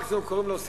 מקסימום קוראים לו,